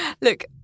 Look